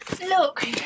Look